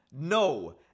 No